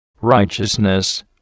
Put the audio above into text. righteousness